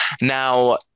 Now